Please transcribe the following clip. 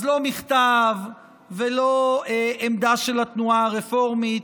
אז לא מכתב ולא עמדה של התנועה הרפורמית.